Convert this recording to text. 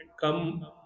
come